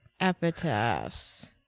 epitaphs